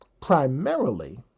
primarily